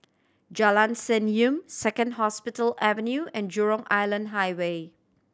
Jalan Senyum Second Hospital Avenue and Jurong Island Highway